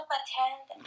attend